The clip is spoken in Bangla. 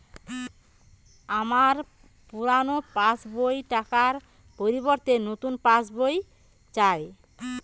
আমার পুরানো পাশ বই টার পরিবর্তে নতুন পাশ বই চাই